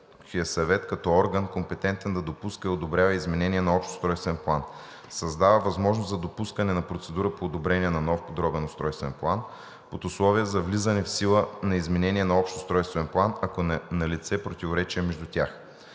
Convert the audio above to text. съвет като орган, компетентен да допуска и одобрява изменение на общ устройствен план. Създава възможност за допускане на процедура по одобрение на нов подробен устройствен план под условие за влизане в сила на изменение на общ устройствен план, ако е налице противоречие между тях.